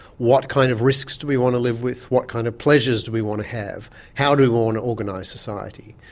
what kind of risks do we want to live with, what kind of pleasures do we want to have, how do we want to organise society.